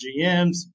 GMs